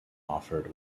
offered